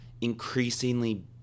increasingly